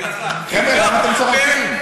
חבר'ה, למה אתם צוחקים?